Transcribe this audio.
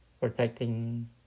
protecting